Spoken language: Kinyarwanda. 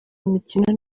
imikino